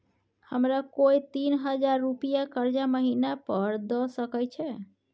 हमरा कोय तीन हजार रुपिया कर्जा महिना पर द सके छै?